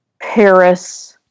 Paris